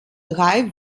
drei